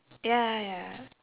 ya ya